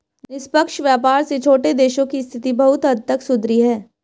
निष्पक्ष व्यापार से छोटे देशों की स्थिति बहुत हद तक सुधरी है